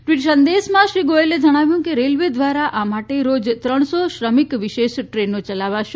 tweet સંદેશમાં શ્રી ગોયલે જણાવ્યું કે રેલ્વે દ્વારા આ માટે રોજ ત્રણસો શ્રમિક વિશેષ ટ્રેનો ચલાવાશે